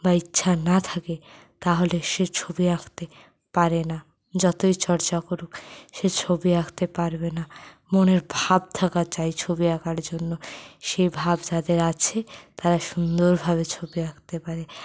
বা ইচ্ছা না থাকে তাহলে সে ছবি আঁকতে পারে না যতই চর্চা করুক সে ছবি আঁকতে পারবে না মনের ভাব থাকা চাই ছবি আঁকার জন্য সে ভাব যাদের আছে তারা সুন্দর ভাবে ছবি আঁকতে পারে